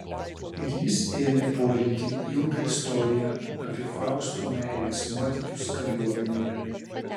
ir jis ėmė porinti ilgą istoriją apie fausto meilės nuotykius kariuomenėje